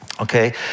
Okay